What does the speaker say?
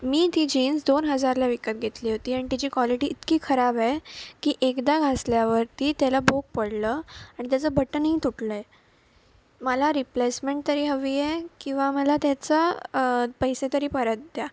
मी ती जीन्स दोन हजारला विकत घेतली होती आणि त्याची क्वालिटी इतकी खराब आहे की एकदा घासल्यावरती त्याला भोक पडलं आणि त्याचं बटनही तुटलं आहे मला रीप्लेसमेंट तरी हवी आहे किंवा मला त्याचा पैसे तरी परत द्या